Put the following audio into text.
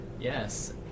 Yes